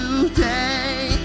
today